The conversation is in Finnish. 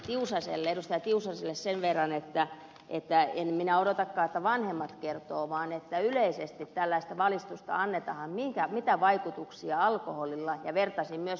tiusaselle sen verran että en minä odotakaan että vanhemmat kertovat vaan että yleisesti tällaista valistusta annetaan mitä vaikutuksia alkoholilla on ja vertasin myös tupakkaan